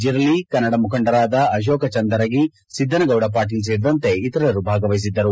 ಜಿರಲಿ ಕನ್ನಡ ಮುಖಂಡರಾದ ಅಶೋಕ ಜಂದರಗಿ ಸಿದ್ದನಗೌಡ ಪಾಟೀಲ ಸೇರಿದಂತೆ ಇತರರು ಭಾಗವಹಿಸಿದ್ದರು